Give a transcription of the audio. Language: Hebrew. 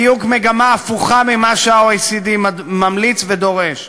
בדיוק מגמה הפוכה ממה שה-OECD ממליץ ודורש.